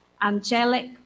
angelic